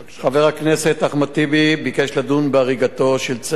חבר הכנסת אחמד טיבי ביקש לדון בהריגתו של צעיר